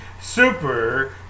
Super